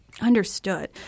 Understood